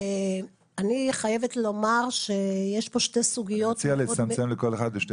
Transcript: אני חייבת לומר שיש פה שתי סוגיות מקוממות.